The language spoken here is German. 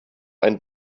ein